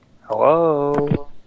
Hello